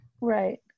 Right